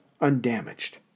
undamaged